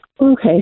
Okay